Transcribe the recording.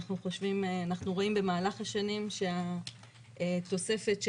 אנחנו רואים במהלך השנים שהתוספת של